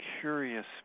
curious